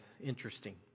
Interesting